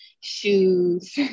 shoes